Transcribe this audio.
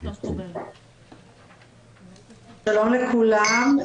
שלום לכולם.